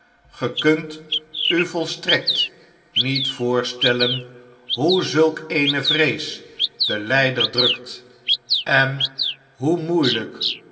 ge kunt u volstrekt niet voorstellen hoe zulk eene vrees den lyder drukt en hoe moeielijk